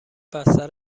بستر